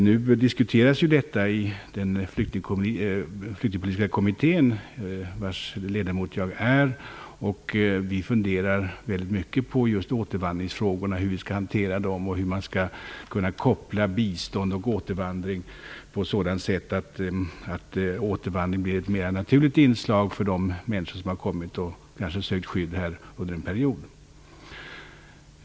Nu diskuteras ju detta i Flyktingspolitiska kommittén där jag är ledamot. Vi funderar väldigt mycket på hur vi skall hantera återvandringsfrågorna och hur man skall kunna koppla bistånd och återvandring på ett sätt som gör att återvandring blir ett mer naturligt inslag för de människor som sökt skydd här under en period.